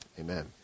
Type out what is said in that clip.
Amen